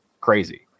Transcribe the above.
crazy